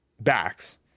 backs